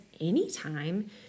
anytime